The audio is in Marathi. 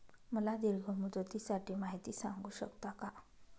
मला दीर्घ मुदतीसाठी माहिती सांगू शकता का?